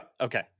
Okay